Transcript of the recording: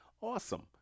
Awesome